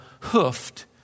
hoofed